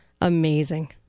Amazing